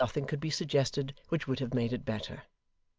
and nothing could be suggested which would have made it better.